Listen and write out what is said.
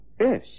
Yes